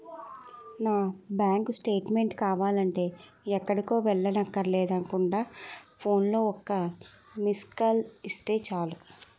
నా bank statement కావాలంటే ఎక్కడికో వెళ్ళక్కర్లేకుండా ఫోన్లో ఒక్క మిస్కాల్ ఇస్తే చాలు